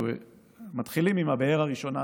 מתחילים עם הבאר הראשונה,